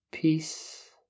Peace